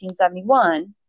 1971